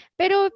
pero